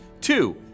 Two